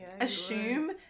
Assume